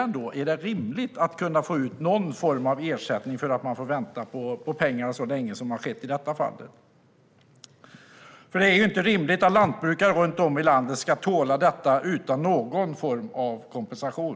Är det rimligt att kunna få ut någon form av ersättning för att man får vänta på pengarna så länge som i detta fall? Det är inte rimligt att lantbrukare runt om i landet ska tåla detta utan någon form av kompensation.